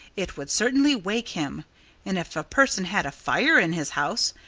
it would certainly wake him and if a person had a fire in his house,